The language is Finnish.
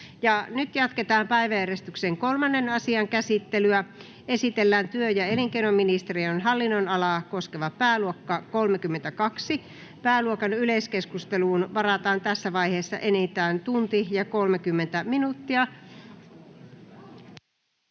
Nyt jatketaan päiväjärjestyksen 3. asian käsittelyä. Esitellään työ‑ ja elinkeinoministe-riön hallinnonalaa koskeva pääluokka 32. Pääluokan yleiskeskusteluun varataan tässä vaiheessa enintään 2 tuntia.